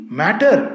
matter